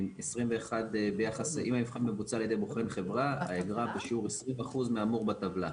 אם המבחן מבוצע על ידי בוחן חברה האגרה בשיעור 20% מהאמור בטבלה.